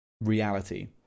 reality